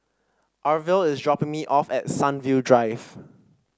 Arvil is dropping me off at Sunview Drive